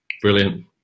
Brilliant